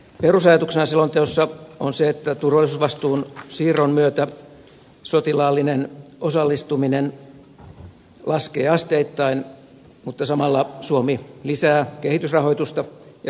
perusajatuksena selonteossa on se että turvallisuusvastuun siirron myötä sotilaallinen osallistuminen laskee asteittain mutta samalla suomi lisää kehitysrahoitusta ja siviilitukea afganistanille